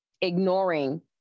ignoring